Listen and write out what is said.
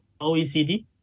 OECD